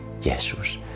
Jesus